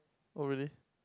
oh really